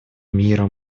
мира